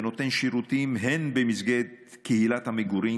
ונותן שירותים גם במסגרת קהילת המגורים,